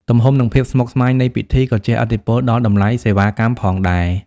ទំហំ និងភាពស្មុគស្មាញនៃពិធី ក៏ជះឥទ្ធិពលដល់តម្លៃសេវាកម្មផងដែរ។